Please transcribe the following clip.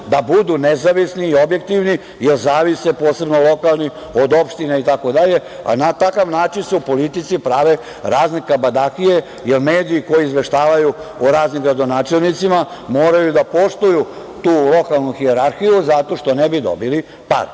da budu nezavisni i objektivni, jer zavise, posebno lokalni od opštine itd. a na takav način se u politici prave razne kabadahije, jer mediji koji izveštavaju o raznim gradonačelnicima moraju da poštuju tu lokalnu hijerarhiju zato što ne bi dobili pare.